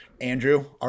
Andrew